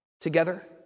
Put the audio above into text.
together